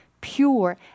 pure